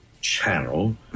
channel